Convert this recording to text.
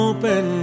Open